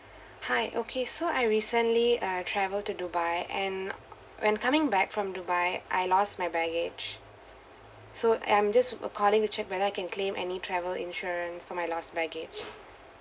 hi okay so I recently uh travel to dubai and when coming back from dubai I lost my baggage so I'm just to check whether I can claim any travel insurance for my lost baggage